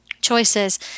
choices